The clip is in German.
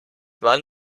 mann